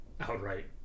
outright